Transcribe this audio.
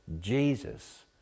Jesus